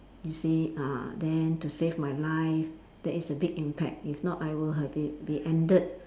you see uh then to save my life that is a big impact if not I would have been been ended